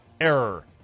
error